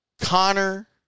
Connor